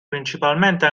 principalmente